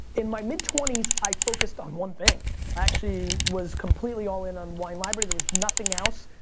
in my mid-twenties, i focused on one thing. i actually was completely all in on wine library. there was nothing else.